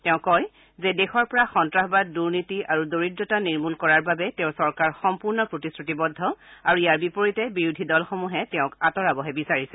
তেওঁ কয় যে দেশৰ পৰা সন্তাসবাদ দুৰ্নীতি আৰু দৰিদ্ৰতা নিৰ্মূল কৰাৰ বাবে তেওঁৰ চৰকাৰ সম্পূৰ্ণ প্ৰতিশ্ৰুতিবদ্ধ আৰু ইয়াৰ বিপৰীতে বিৰোধী দলসমূহে তেওঁক আঁতৰাবহে বিচাৰিছে